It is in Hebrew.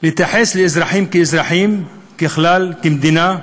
להתייחס לאזרחים כאזרחים, ככלל, כמדינה.